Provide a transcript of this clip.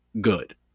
good